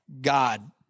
God